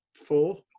four